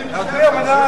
להצביע.